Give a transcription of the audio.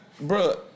bro